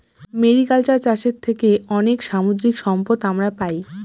mariculture চাষের থেকে অনেক সামুদ্রিক সম্পদ আমরা পাই